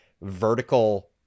vertical